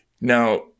Now